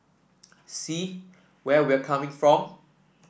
see where we're coming from